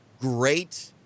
great